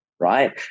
right